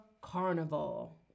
Carnival